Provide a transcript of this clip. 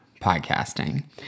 podcasting